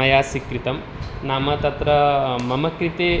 मया स्वीकृतः नाम तत्र मम कृते